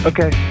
Okay